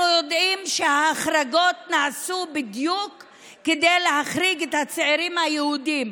אנחנו יודעים שההחרגות נעשו בדיוק כדי להחריג את הצעירים היהודים,